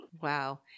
Wow